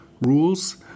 rules